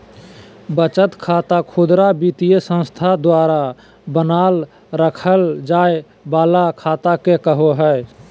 बचत खाता खुदरा वित्तीय संस्था द्वारा बनाल रखय जाय वला खाता के कहो हइ